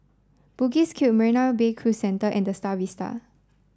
Bugis Cube Marina Bay Cru Centre and The Star Vista